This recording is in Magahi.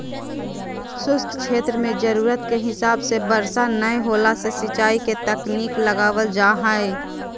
शुष्क क्षेत्र मे जरूरत के हिसाब से बरसा नय होला से सिंचाई के तकनीक लगावल जा हई